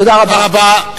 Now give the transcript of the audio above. תודה רבה.